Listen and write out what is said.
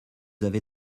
avez